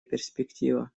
перспектива